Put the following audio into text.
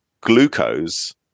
glucose